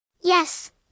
Yes